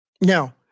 Now